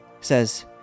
says